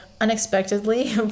unexpectedly